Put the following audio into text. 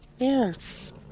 Yes